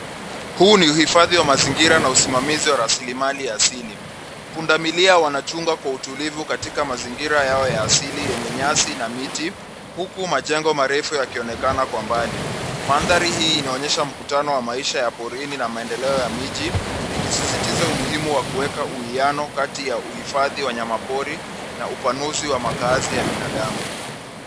Huu ni uhifadhi wa mazingira na usimamizi wa rasilimali asili. Pundamilia wanachunga kwa utulivu katika mazingira yao ya asili yenye nyasi na miti huku majengo marefu yakionekana kwa mbali. Mandhari hii inaonyesha mkutano wa maisha ya porini na maendeleo ya miji ikisisitiza umuhimu wa kuweka uwiano kati ya uhifadhi wa wanyama pori na upanuzi wa makaazi ya binadamu.